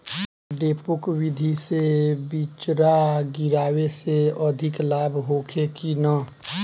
डेपोक विधि से बिचड़ा गिरावे से अधिक लाभ होखे की न?